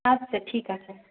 আচ্ছা ঠিক আছে